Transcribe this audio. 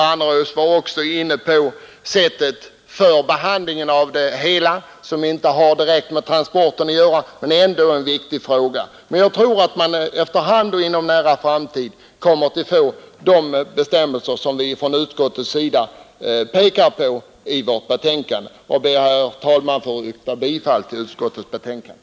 Herr Annerås talade också om behandlingen av gifter, vilket inte har direkt med transporter att göra men ändå är en viktig fråga. Jag tror att vi efter hand och inom en nära framtid kommer att få de bestämmelser som utskottet talar om i sitt betänkande. Jag ber, herr talman, att få yrka bifall till socialutskottets hemställan.